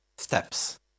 steps